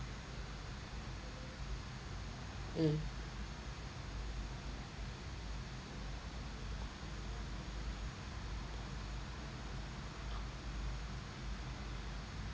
mm